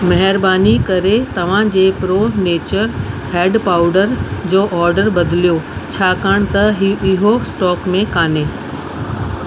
महिरबानी करे तव्हां जे प्रो नेचर हैडु पाउडर जो ऑडर बदिलियो छाकाणि त इहो स्टॉक में कान्हे